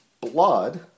blood